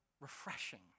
refreshing